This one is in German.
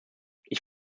ich